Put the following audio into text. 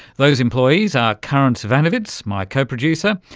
those employees are karin zsivanovits my co-producer,